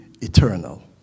eternal